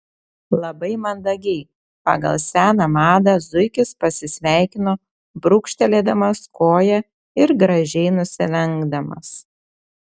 labai mandagiai pagal seną madą zuikis pasisveikino brūkštelėdamas koja ir gražiai nusilenkdamas